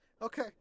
Okay